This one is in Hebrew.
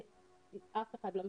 אתמול היה לנו דיון גם בוועדת הרווחה,